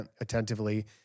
attentively